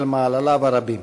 על מעלליו הרבים.